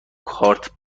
کارت